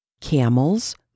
Camels